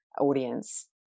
audience